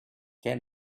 què